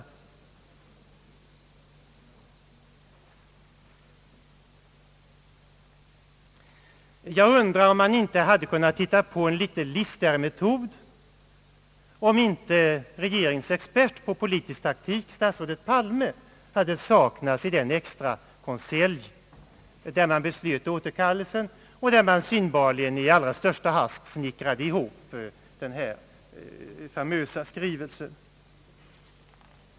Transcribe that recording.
Jag undrar om man inte hade kunnat hitta på en listigare metod om inte regeringens expert på politisk taktik, statsrådet Palme, hade saknats i den extra konselj där man beslöt om återkallelsen och där man synbarligen i allra största hast snickrade ihop den famösa skrivelsen.